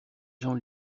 gens